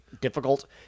difficult